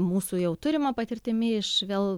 mūsų jau turima patirtimi iš vėl